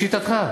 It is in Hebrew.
לשיטתך.